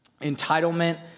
entitlement